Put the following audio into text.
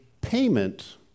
payment